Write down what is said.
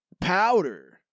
powder